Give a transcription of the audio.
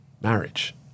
marriage